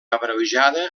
abreujada